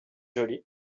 joli